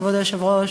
כבוד היושב-ראש,